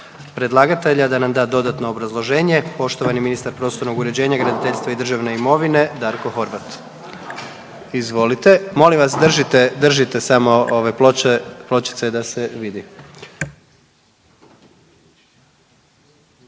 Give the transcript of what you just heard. predlagatelja da nam da dodatno obrazloženje, poštovani ministar prostornog uređenja, graditeljstva i državne imovine, Darko Horvat. Izvolite. Molim vas, držite, držite samo ovaj, ploče, pločice da se vidi.